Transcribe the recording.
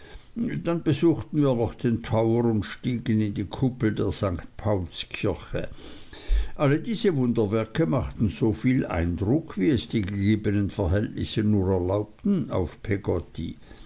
dann besuchten wir noch den tower und stiegen in die kuppel der st paulskirche alle diese wunderwerke machten soviel eindruck wie es die gegebenen verhältnisse nur erlaubten auf peggotty